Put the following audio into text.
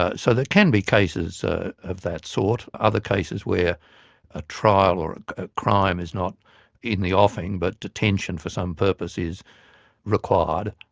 ah so there can be cases ah of that sort. other cases where a trial or a crime is not in the offing but detention for some purpose is required.